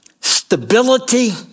stability